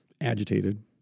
agitated